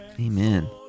Amen